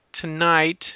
tonight